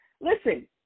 listen